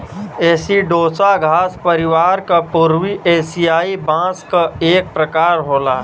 एसिडोसा घास परिवार क पूर्वी एसियाई बांस क एक प्रकार होला